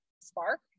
spark